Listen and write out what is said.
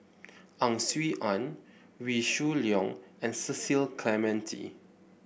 Ang Swee Aun Wee Shoo Leong and Cecil Clementi